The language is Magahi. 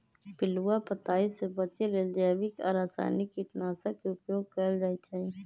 पिलुआ पताइ से बचे लेल जैविक आ रसायनिक कीटनाशक के उपयोग कएल जाइ छै